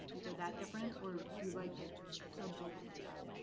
like, they're that different or do you like the sub-bullets like that?